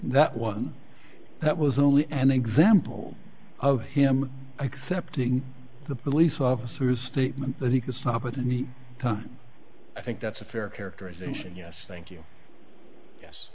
that one that was only an example of him accepting the police officers statement that he could stop at the time i think that's a fair characterization yes thank you yes